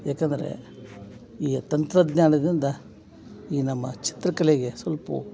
ಏಕಂದ್ರೆ ಈ ತಂತ್ರಜ್ಞಾನದಿಂದ ಈ ನಮ್ಮ ಚಿತ್ರಕಲೆಗೆ ಸೊಲ್ಪ